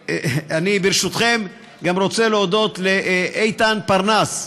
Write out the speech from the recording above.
אני, ברשותכם, גם רוצה להודות לאיתן פרנס,